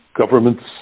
government's